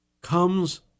comes